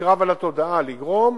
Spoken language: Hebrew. כקרב על התודעה: לגרום